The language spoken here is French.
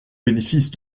bénéfice